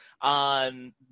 on